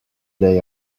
they